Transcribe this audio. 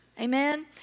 Amen